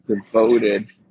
devoted